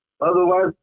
Otherwise